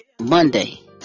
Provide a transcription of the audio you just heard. Monday